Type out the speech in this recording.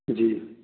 जी